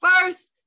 first